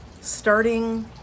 starting